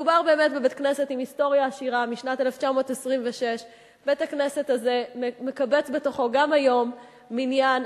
מדובר בבית-כנסת עם היסטוריה עשירה משנת 1926. בית-הכנסת הזה מקבץ בתוכו גם היום מניין.